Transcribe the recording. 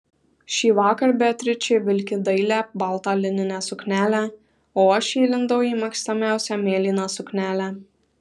šįvakar beatričė vilki dailią baltą lininę suknelę o aš įlindau į mėgstamiausią mėlyną suknelę